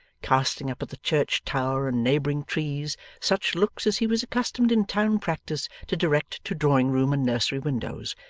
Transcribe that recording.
casting up at the church tower and neighbouring trees such looks as he was accustomed in town-practice to direct to drawing-room and nursery windows,